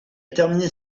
terminé